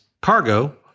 cargo